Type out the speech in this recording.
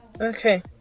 Okay